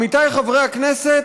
עמיתיי חברי הכנסת,